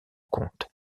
compte